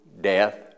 death